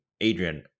Adrian